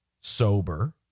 sober